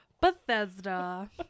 Bethesda